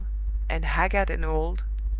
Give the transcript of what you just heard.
and haggard and old,